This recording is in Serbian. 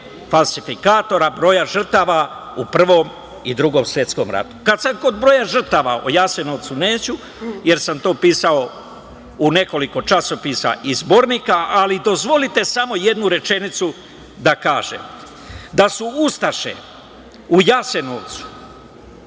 falsifikatora broja žrtava u Prvom i Drugom svetskom radu. Kad sam kod broja žrtava, o Jasenovcu neću, jer sam to pisao u nekoliko časopisa i zbornika, ali dozvolite samo jednu rečenicu da kažem – da su Ustaše u Jasenovcu,